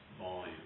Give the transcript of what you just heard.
volume